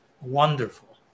wonderful